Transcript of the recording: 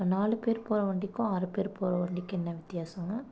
நாலுப்பேர் போகிற வண்டிக்கும் ஆறுப்பேர் போகிற வண்டிக்கும் என்ன வித்யாசம்ங்க